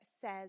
says